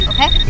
Okay